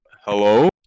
hello